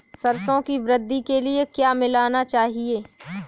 सरसों की वृद्धि के लिए क्या मिलाना चाहिए?